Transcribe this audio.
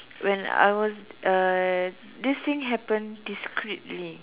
when I was uh this thing happened discreetly